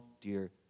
dear